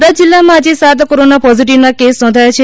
બોટાદ જીલ્લામાં આજે સાત કોરોના પોઝીટીવના કેસ નોંધાયા છે